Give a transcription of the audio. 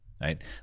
right